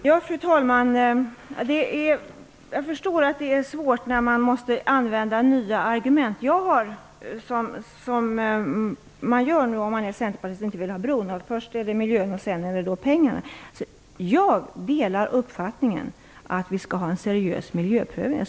Fru talman! Jag förstår att det är svårt när man måste använda nya argument, som man gör om man är centerpartist och inte vill ha bron - först är det miljön och sedan är det då pengarna. Jag delar uppfattningen att det skall göras en seriös miljöprövning.